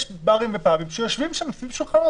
יש ברים ופאבים שיושבים שם סביב שולחנות